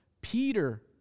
Peter